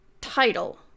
title